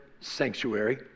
sanctuary